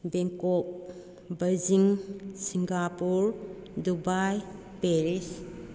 Bangkok Beijing Singapore Dubai Paris